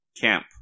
camp